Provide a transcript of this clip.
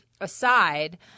Aside